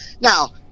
now